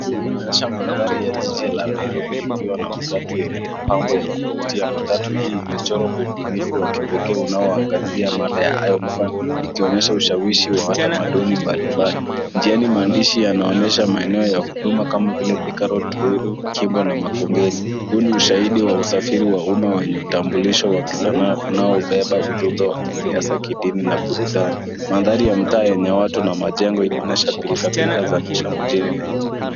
Hii inaonyesha madhari ya jiji la Nairobi ikiwa na matatu yenye mapambo ya kufutia, matatu hii imechorwa Kwa upunifu wa kipekee inayoangasia mada ya iron fan ikionyesha ushawishi wa utamatuni mbalimbali, njeni mandishi yanaonyesha maeneo ya huduma kama vila thika road, ruiru, kembu na magongeni, huu ni ushaidi wa usafiri wa uma yenye kitambulisho wa kisanaa unaopeba ujumbe wa kisiasa, kidini na burudani manthari ya mtaa yenye watu na mchengo zinaonyesha bilka mjini Nairobi